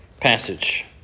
passage